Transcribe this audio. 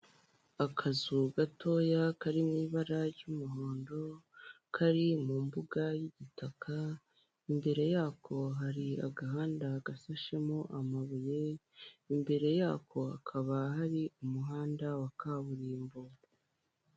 Akazu gatoya kari mu ibara ry'umuhondo kari mu mbuga y'igitaka imbere y'ako hari agahanda gasashemo amabuye, imbere y'ako hakaba hari umuhanda wa kaburimbo.